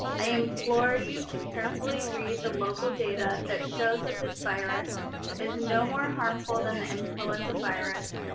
i implore you to carefully read the local data that shows that this virus is no more harmful than the influenza virus.